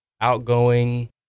outgoing